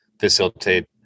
facilitate